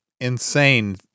insane